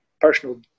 personal